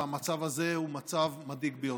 והמצב הזה הוא מצב מדאיג ביותר.